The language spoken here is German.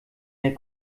der